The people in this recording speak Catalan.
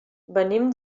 venim